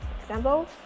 Example